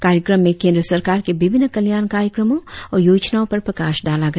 कार्यक्रम में केंद्र सरकार के विभिन्न कल्याण कार्यक्रमो और योजनाओ पर प्रकाश डाला गया